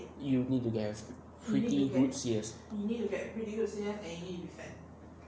you need to get a freaking good C_S